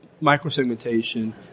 micro-segmentation